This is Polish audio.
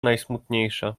najsmutniejsza